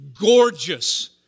gorgeous